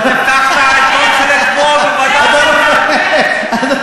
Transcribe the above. בוא, אתה שכחת את מה שהיה אתמול בוועדת כספים.